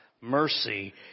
mercy